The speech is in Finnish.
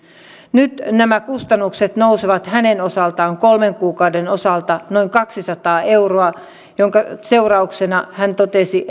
nyt nämä kustannukset nousevat hänen osaltaan kolmen kuukauden osalta noin kaksisataa euroa jonka seurauksena hän totesi